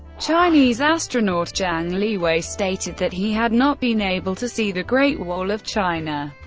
chinese astronaut yang liwei stated that he had not been able to see the great wall of china.